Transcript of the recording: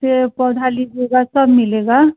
जो पौधा लीजिएगा सब मिलेगा